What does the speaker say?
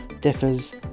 differs